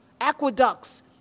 aqueducts